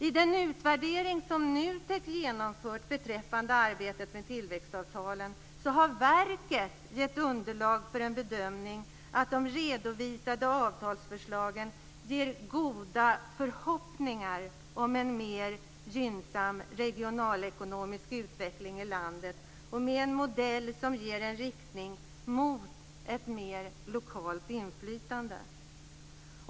I den utvärdering som NUTEK har genomfört beträffande arbetet med tillväxtavtalen har verket gett underlag för en bedömning att de redovisade avtalsförslagen ger goda förhoppningar om en mer gynnsam regionalekonomisk utveckling i landet. Det här är en modell som innebär en riktning mot ett mer lokalt inflytande.